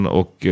och